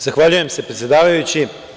Zahvaljujem, predsedavajući.